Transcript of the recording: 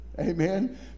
Amen